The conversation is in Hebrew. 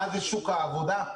מה זה שוק העבודה,